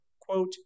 quote